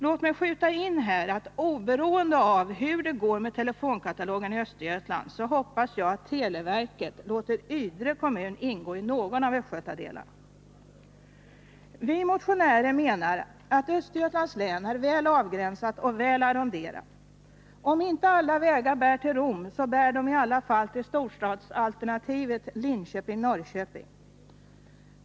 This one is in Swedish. Låt mig här skjuta in att oberoende av hur det går med telefonkatalogen i Östergötland hoppas jag att televerket låter Ydre kommun ingå i någon av östgötadelarna. Vi motionärer menar att Östergötlands län är väl avgränsat och väl arronderat. Om inte alla vägar bär till Rom, så bär de i alla fall till storstadsalternativet Linköping-Norrköping.